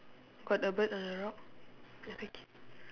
got a bird on the rock